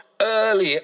early